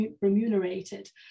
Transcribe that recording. remunerated